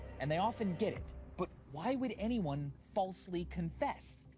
and they often get it. but why would anyone falsely confess?